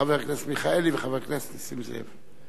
חבר הכנסת מיכאלי וחבר הכנסת נסים זאב.